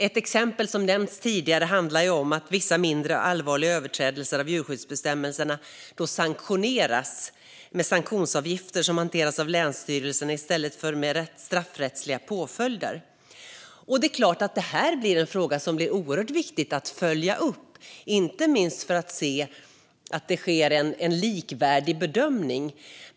Ett exempel som har nämnts tidigare handlar om att vissa mindre allvarliga överträdelser av djurskyddsbestämmelserna sanktioneras med sanktionsavgifter som hanteras av länsstyrelserna i stället för med straffrättsliga påföljder. Det är klart att det här är en fråga som det blir oerhört viktigt att följa upp, inte minst för att se att det sker en likvärdig bedömning.